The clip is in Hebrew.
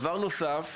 דבר נוסף,